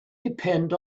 depend